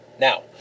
Now